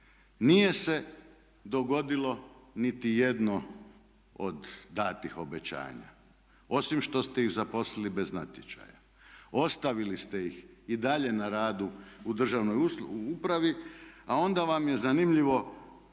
Nije se dogodilo niti jedno od danih obećanja, osim što ste iz zaposlili bez natječaja. Ostavili ste ih i dalje na radu u državnoj upravi a onda vam je zanimljivo